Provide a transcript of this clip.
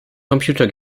computer